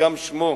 שגם שמו,